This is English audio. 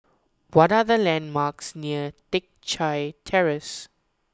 what are the landmarks near Teck Chye Terrace